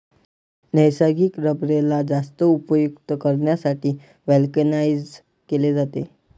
नैसर्गिक रबरेला जास्त उपयुक्त करण्यासाठी व्हल्कनाइज्ड केले जाते